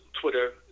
twitter